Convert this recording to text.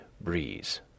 Breeze